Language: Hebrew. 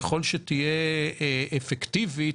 ככל שתהיה אפקטיבית,